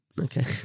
Okay